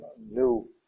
new